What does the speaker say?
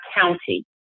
county